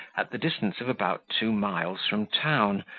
at the distance of about two miles from town,